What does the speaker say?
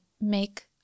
Make